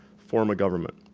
form a government.